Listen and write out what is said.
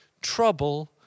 trouble